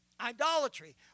idolatry